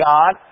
God